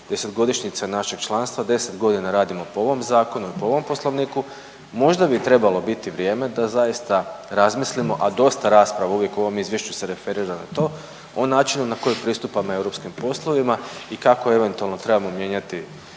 desetgodišnjica našeg članstva, deset godina radimo po ovom zakonu, po ovom poslovniku možda bi trebalo biti vrijeme da zaista razmislimo, a dosta rasprava uvijek o ovom izvješću se referira na to o načinu na koji pristupamo europskim poslovima i kako eventualno trebamo mijenjati